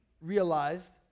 realized